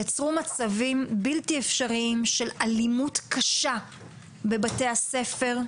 יצרו מצבים בלתי אפשריים של אלימות קשה בבתי הספר,